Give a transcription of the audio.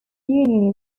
union